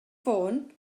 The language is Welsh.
ffôn